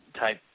type